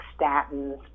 statins